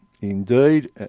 Indeed